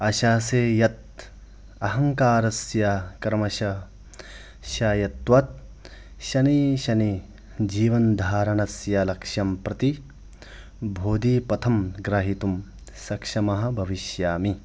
आशासे यत् अहङ्कारस्य कर्मशः शायत्वत् शनैः शनैः जीवनधारणस्य लक्ष्यं प्रति भोधिपथं ग्राहितुं सक्षमः भविष्यामि